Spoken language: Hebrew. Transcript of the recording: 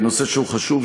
בנושא שהוא חשוב,